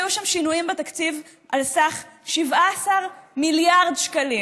היו שם שינויים בתקציב על סך 17 מיליארד שקלים.